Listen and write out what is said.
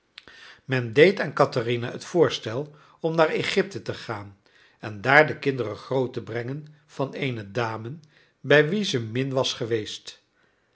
men deed aan katherina het voorstel om naar egypte te gaan en daar de kinderen groot te brengen van eene dame bij wie ze min was geweest